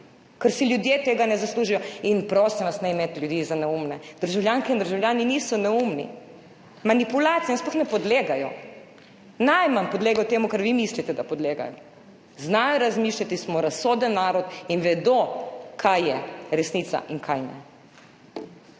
ker si ljudje tega ne zaslužijo. Prosim vas, ne imeti ljudi za neumne. Državljanke in državljani niso neumni, manipulacijam sploh ne podlegajo. Najmanj podlegajo temu, čemur vi mislite, da podlegajo. Znajo razmišljati, smo razsoden narod, in vedo, kaj je resnica in kaj ne.